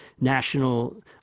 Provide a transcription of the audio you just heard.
national